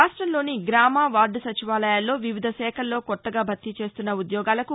రాష్టంలోని గ్రామ వార్దు సచివాలయాల్లో వివిధ శాఖల్లో కొత్తగా భర్తీ చేస్తున్న ఉద్యోగాలకు